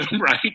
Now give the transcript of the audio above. right